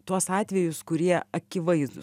tuos atvejus kurie akivaizdūs